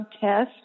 test